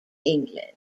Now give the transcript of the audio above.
england